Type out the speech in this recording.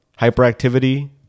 hyperactivity